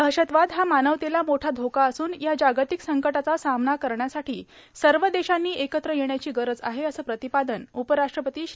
दहशतवाद हा मानवतेला मोठा धोका असून या जागतिक संकटाचा सामना करण्यासाठी सर्व देशांनी एकत्र येण्याची गरज आहे असं प्रतिपादन उपराष्ट्रपती श्री